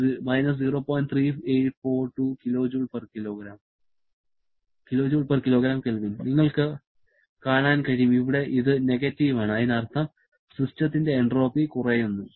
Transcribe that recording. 3842 kJkgK നിങ്ങൾക്ക് കാണാൻ കഴിയും ഇവിടെ ഇത് നെഗറ്റീവ് ആണ് അതിനർത്ഥം സിസ്റ്റത്തിന്റെ എൻട്രോപ്പി കുറയുന്നു